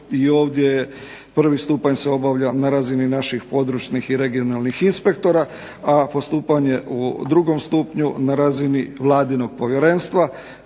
I ovdje se prvi stupanj obavlja na razini naših područnih i regionalnih inspektora, a postupanje u drugom stupnju na razini vladinog povjerenstva